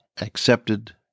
accepted